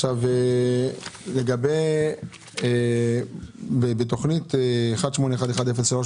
לגבי תכנית 18-11-03,